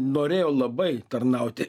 norėjo labai tarnauti